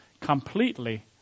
Completely